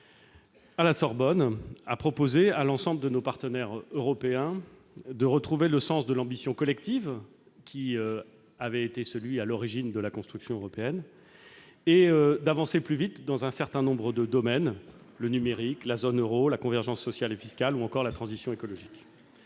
la Sorbonne, a proposé à l'ensemble de nos partenaires européens de retrouver le sens de l'ambition collective qui avait été à l'origine de la construction européenne et d'avancer plus vite dans un certain nombre de domaines, à savoir le numérique, la zone Euro, la convergence sociale et fiscale ou encore la transition écologique.